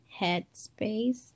Headspace